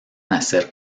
hacer